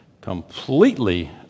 completely